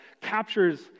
captures